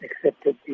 accepted